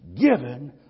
given